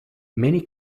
many